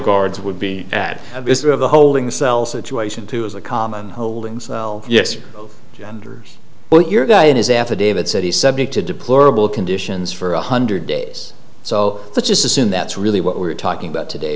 guards would be at the holding cell situation too is a common holding cell yes genders well your guy in his affidavit said he's subject to deplorable conditions for one hundred days so let's just assume that's really what we're talking about today